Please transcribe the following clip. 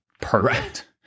Perfect